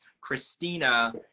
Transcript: christina